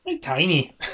Tiny